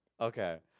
Okay